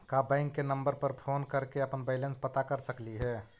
का बैंक के नंबर पर फोन कर के अपन बैलेंस पता कर सकली हे?